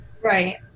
Right